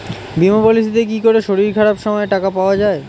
বীমা পলিসিতে কি করে শরীর খারাপ সময় টাকা পাওয়া যায়?